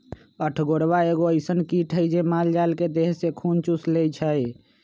अठगोरबा एगो अइसन किट हइ जे माल जाल के देह से खुन चुस लेइ छइ